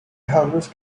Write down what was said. houses